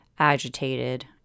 agitated